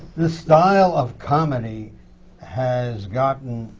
the style of comedy has gotten